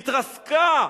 התרסקה.